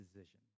decision